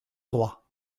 droit